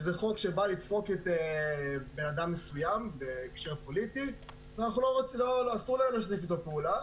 שזה חוק שבא לדפוק אדם מסוים בהקשר פוליטי ואסור לשתף איתו פעולה.